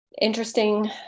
interesting